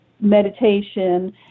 meditation